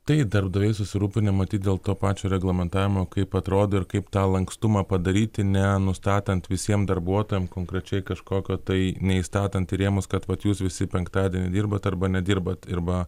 tai darbdaviai susirūpinę matyt dėl to pačio reglamentavimo kaip atrodo ir kaip tą lankstumą padaryti ne nustatant visiem darbuotojam konkrečiai kažkokio tai neįstatant į rėmus kad vat jūs visi penktadienį dirbat arba nedirbat ir va